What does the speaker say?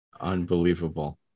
Unbelievable